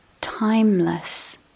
timeless